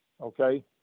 okay